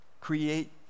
create